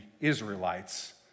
Israelites